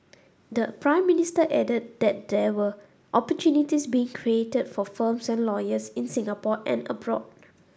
the Prime Minister added that there were opportunities being created for firms and lawyers in Singapore and abroad